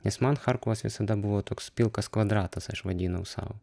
nes man charkovas visada buvo toks pilkas kvadratas aš vadinau sau